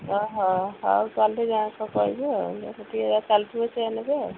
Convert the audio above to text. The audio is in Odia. ଓଃ ହେଉ କାଲିଠୁ ଯାହା କହିବେ ଆଉ କାଲିଠୁ ସେୟା ନେବେ ଆଉ